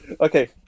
Okay